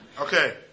Okay